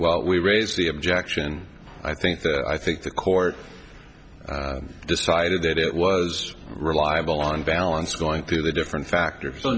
well we raised the objection i think that i think the court decided that it was reliable on balance going through the different factors